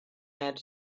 had